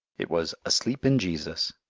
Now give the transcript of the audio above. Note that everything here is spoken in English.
it was asleep in jesus,